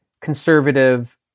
conservative